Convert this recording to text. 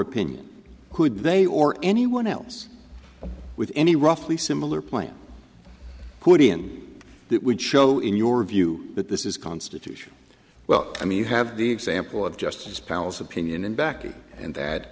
opinion could they or anyone else with any roughly similar plan put in that would show in your view that this is constitution well i mean you have the example of just his pals opinion and backing and that